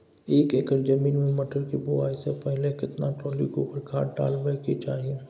एक एकर जमीन में मटर के बुआई स पहिले केतना ट्रॉली गोबर खाद डालबै के चाही?